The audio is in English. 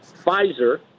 Pfizer